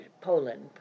Poland